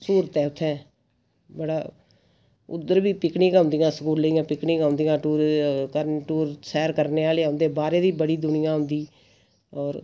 स्हूलत ऐ उत्थैं बड़ा उद्धर बी पिकनिक आंदियां स्कूले दियां पिकनिक औंदियां टूर टूर सैर करने आह्ले औंदे बाह्रे दे औंदे बड़ी दुनिया औंदी होर